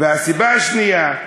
והסיבה השנייה,